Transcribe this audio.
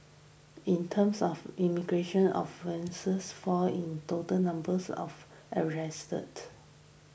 in terms of immigration offences fall in total numbers of arrested